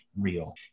real